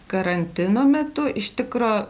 karantino metu iš tikro